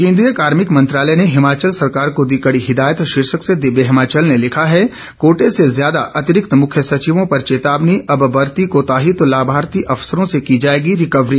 केंद्रीय कार्मिक मंत्रालय ने हिमाचल सरकार को दी कड़ी हिदायत शीर्षक से दिव्य हिमाचल ने लिखा है कोटे से ज्यादा अतिरिक्त मुख्य सचिवों पर चेतावनी अब बरती कोताही तो लाभार्थी अफसरों से की जाएगी रिकवरी